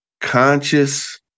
conscious